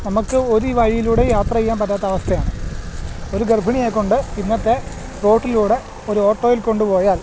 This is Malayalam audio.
നമുക്ക് ഒരു വഴീയിലൂടെയും യാത്ര ചെയ്യാൻ പറ്റാത്ത അവസ്ഥയാണ് ഒരു ഗർഭിണിയെക്കൊണ്ട് ഇന്നത്തെ റോട്ടിലൂടെ ഒരു ഓട്ടോയിൽ കൊണ്ടുപോയാൽ